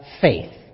faith